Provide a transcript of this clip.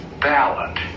ballot